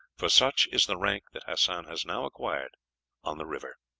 for such is the rank that hassan has now acquired on the river.